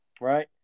Right